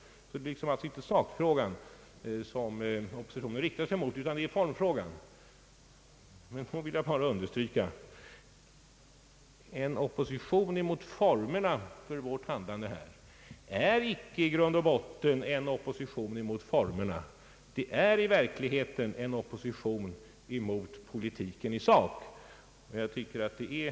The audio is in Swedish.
Det är alltså inte själva sakfrågan som oppositionen riktar sig mot utan formfrågan! Då vill jag bara understryka: En opposition mot formerna för vårt handlande är i grund och botten icke en opposition mot formerna. Det är en opposition mot politiken i sak. Ang. ett statligt förvaltningsbolag m.m.